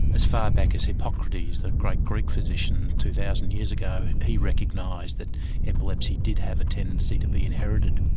as far back as hippocrates, that great greek physician two thousand years ago, he recognised that epilepsy did have a tendency to be inherited.